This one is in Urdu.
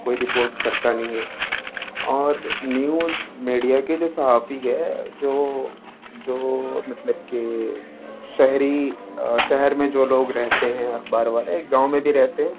کوئی رپورٹ کرتا نہیں ہے اور نیوز میڈیا کے جو صحافی ہے جو جو مطلب کہ شہری شہر میں جو لوگ رہتے ہیں اخبار والے گاؤں میں بھی رہتے ہیں